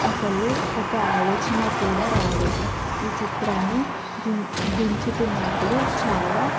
అసలు ఒక ఆలోచన కూడా రాలేదు ఈ చిత్రాన్ని ది దించుతున్నప్పుడు చాలా